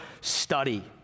study